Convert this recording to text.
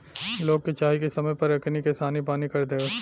लोग के चाही की समय पर एकनी के सानी पानी कर देव